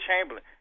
Chamberlain